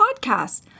podcast